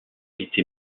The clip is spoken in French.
été